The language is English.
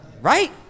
right